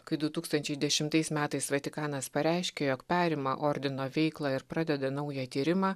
kai du tūkstančiai dešimtais metais vatikanas pareiškė jog perima ordino veiklą ir pradeda naują tyrimą